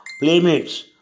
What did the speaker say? playmates